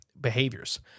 behaviors